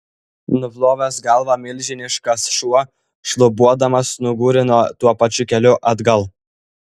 nuplovęs galvą milžiniškas šuo šlubuodamas nugūrino tuo pačiu keliu atgal